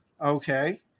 Okay